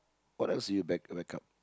what else do you back up